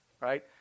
right